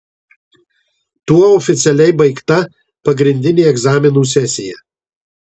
tuo oficialiai baigta pagrindinė egzaminų sesija